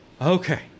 Okay